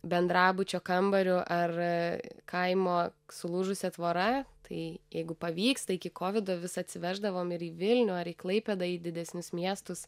bendrabučio kambariu ar kaimo sulūžusia tvora tai jeigu pavyks tai iki kovido vis atsiveždavom ir į vilnių ar į klaipėdą į didesnius miestus